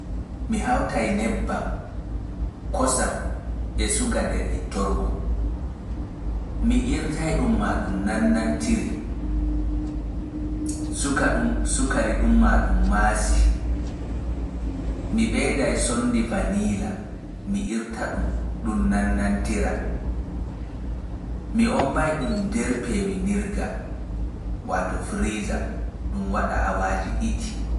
Mi hawtai hawtai nebbam, kosam e suga nder hittorgo. Mi irtai ɗun ma ɗun nannantiri sukari ɗun maasi. Mi wattai conndi vanilla mi irta ma ɗun nannantiri nden mi ommba ɗun nder peewinirdu ɗun hewtina awaaji ɗiɗi(two hrs).